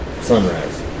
sunrise